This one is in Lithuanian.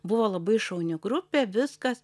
buvo labai šauni grupė viskas